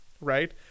right